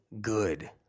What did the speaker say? good